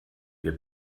wir